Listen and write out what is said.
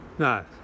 No